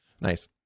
nice